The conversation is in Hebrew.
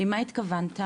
למה התכוונת?